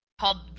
Called